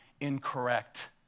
incorrect